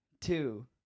two